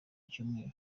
y’icyumweru